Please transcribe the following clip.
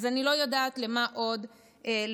אז אני לא יודעת למה עוד לצפות.